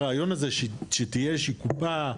הרעיון הזה שתהיה איזושהי קופה,